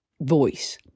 voice